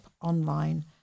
online